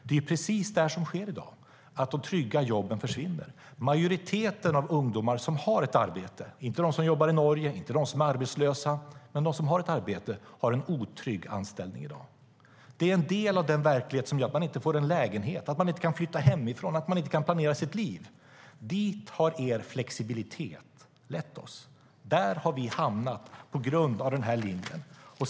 Det som sker i dag är att de trygga jobben försvinner. Majoriteten av de ungdomar som har ett arbete i Sverige - inte de som jobbar i Norge eller är arbetslösa - har en otrygg anställning i dag. Det är en del av den verklighet som gör att man inte får en lägenhet, att man inte kan flytta hemifrån och att man inte kan planera sitt liv. Dit har er flexibilitet lett oss. Där har vi hamnat på grund av den linjen.